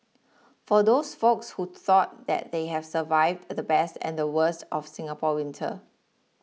for those folks who thought that they have survived the best and the worst of Singapore winter